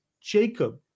Jacob